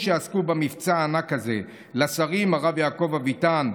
שיעסקו במבצע הענק הזה: לשר הרב יעקב אביטן,